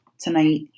tonight